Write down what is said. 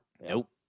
Nope